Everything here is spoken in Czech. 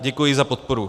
Děkuji za podporu.